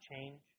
change